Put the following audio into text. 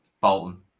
Bolton